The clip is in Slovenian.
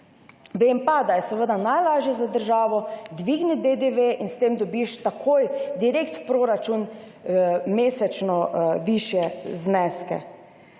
pa, da je seveda najlažje za državo dvigniti DDV in s tem dobiš takoj direktno v proračun mesečno višje zneske.